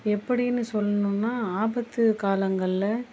எப்படின்னு சொல்லணும்னா ஆபத்து காலங்களில்